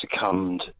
succumbed